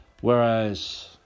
whereas